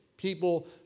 People